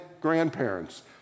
grandparents